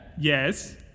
Yes